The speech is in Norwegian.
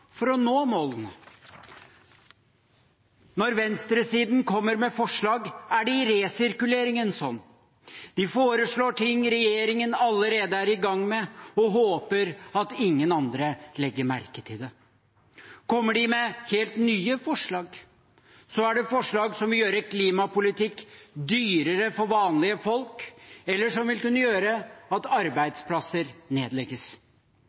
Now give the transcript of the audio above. for å nå målene. Når venstresiden kommer med forslag, er det i resirkuleringens ånd. De foreslår ting regjeringen allerede er i gang med, og håper at ingen andre legger merke til det. Kommer de med helt nye forslag, er det forslag som vil gjøre klimapolitikk dyrere for vanlige folk, eller som vil kunne gjøre at arbeidsplasser nedlegges.